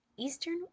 Eastern